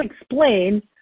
explain